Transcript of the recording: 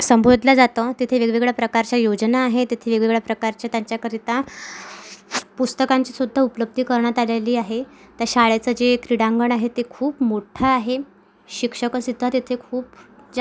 संबोधलं जातं तिथे वेगवेगळ्या प्रकारच्या योजना आहे तिथे वेगवेगळ्या प्रकारच्या त्यांच्याकरिता पुस्तकांचीसुद्धा उपलब्धी करण्यात आलेली आहे त्या शाळेचं जे क्रीडांगण आहे ते खूप मोठं आहे शिक्षक सुद्धा तेथे खूप जा